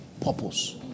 Purpose